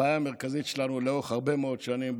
הבעיה המרכזית שלנו לאורך הרבה מאוד שנים,